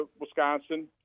Wisconsin